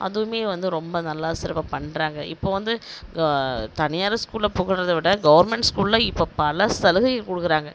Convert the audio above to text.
அதுவுமே வந்து ரொம்ப நல்லா சிறப்பாக பண்ணுறாங்க இப்போது வந்து தனியார் ஸ்கூலை புகழ்றதை விட கவுர்மெண்ட் ஸ்கூலில் இப்போது பல சலுகைகள் கொடுக்குறாங்க